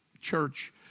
Church